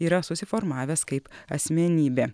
yra susiformavęs kaip asmenybė